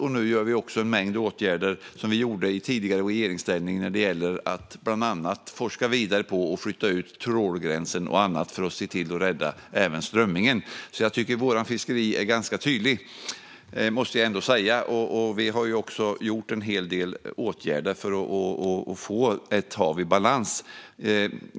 Nu vidtar vi en mängd åtgärder som vi beslutade om i tidigare regeringsställning när det gäller att forska vidare om och flytta ut trålgränsen och annat för att se till att rädda även strömmingen. Jag tycker alltså att vår fiskeripolitik är ganska tydlig; det måste jag ändå säga. Vi har också vidtagit en rad åtgärder för att få ett hav i balans.